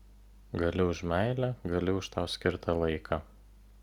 gali už meilę gali už tau skirtą laiką